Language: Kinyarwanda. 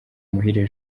muhire